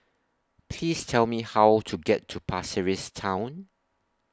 Please Tell Me How to get to Pasir Ris Town